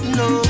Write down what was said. no